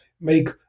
make